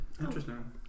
Interesting